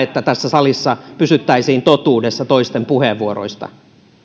että tässä salissa pysyttäisiin totuudessa toisten puheenvuoroista